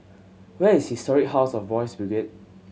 where is Historic House of Boys' Brigade